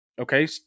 Okay